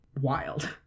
wild